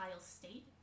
state